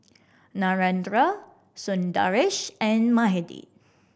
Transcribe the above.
Narendra Sundaresh and Mahade